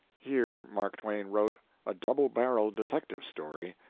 here mark twain wrote a double-barreled detective story,